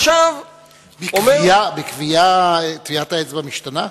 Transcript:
עכשיו, אומר, בכווייה טביעת האצבע משתנה?